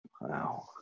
Wow